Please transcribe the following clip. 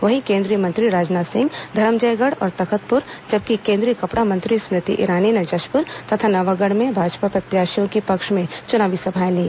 वहीं केन्द्रीय मंत्री राजनाथ सिंह धरमजयगढ़ और तखतपुर जबकि केन्द्रीय कपड़ा मंत्री स्मृति ईरानी ने जशप्र तथा नवागढ़ में भाजपा प्रत्याशियों की पक्ष में चुनावी सभाएं ली